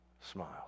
smiles